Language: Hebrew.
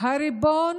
הריבון